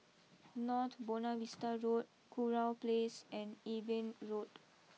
North Buona Vista Road Kurau place and Eben Road